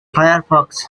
firefox